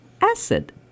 acid